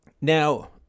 Now